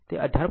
આમ તે 18